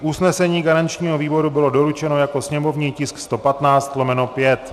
Usnesení garančního výboru bylo doručeno jako sněmovní tisk 115/5.